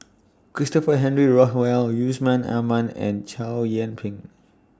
Christopher Henry Rothwell Yusman Aman and Chow Yian Ping